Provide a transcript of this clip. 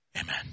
amen